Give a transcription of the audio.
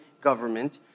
government